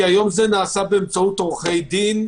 כי היום זה נעשה באמצעות עורכי דין,